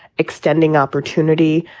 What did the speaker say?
extending opportunity.